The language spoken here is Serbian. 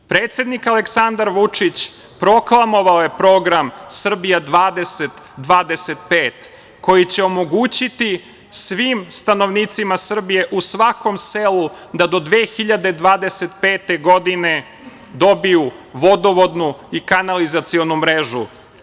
Predsednik Aleksandar Vučić, proklamovao je Program Srbija 20-25, koji će omogućiti svim stanovnicima Srbije u svakom selu da do 2025. godine dobiju vodovodnu i kanalizacionu mrežu.